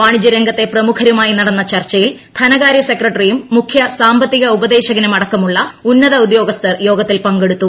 വാണിജ്യ രംഗത്തെ പ്രമുഖരുമായി നടന്ന ചർച്ചയിൽ ധനകാര്യ സെക്രട്ടറിയും മുഖ്യ സാമ്പത്തിക ഉപദേശകനും അടക്കമുള്ള ഉന്നത ഉദ്യോഗസ്ഥർ യോഗത്തിൽ പങ്കെടുത്തു